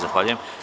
Zahvaljujem.